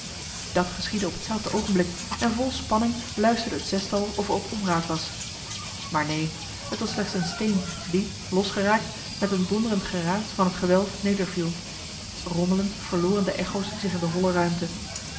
dat geschiedde op hetzelfde oogenblik en vol spanning luisterde het zestal of er ook onraad was maar neen t was slechts een steen die losgeraakt met een donderend geraas van het gewelf nederviel rommelend verloren de echo's zich in de holle ruimte